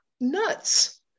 nuts